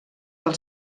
del